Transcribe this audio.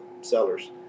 sellers